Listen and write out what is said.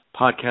podcast